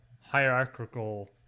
hierarchical